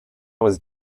was